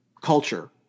culture